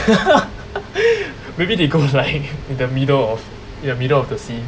maybe they go like in the middle of in the middle of the sea